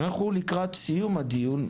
אנחנו לקראת סיום הדיון.